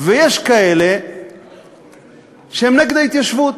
ויש כאלה שהם נגד ההתיישבות.